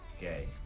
Gay